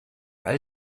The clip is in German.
all